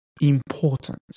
important